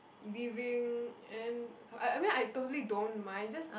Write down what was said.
leaving then I I mean I totally don't mind just